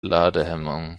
ladehemmungen